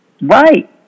Right